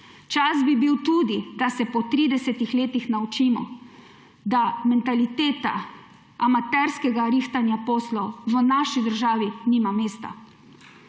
Čas bi bil tudi, da se po 30 letih naučimo, da mentaliteta amaterskega »rihtanja« poslov v naši državi nima mesta.